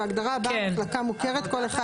וההגדרה הבאה: "מחלקה מוכרת" כל אחד